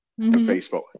Facebook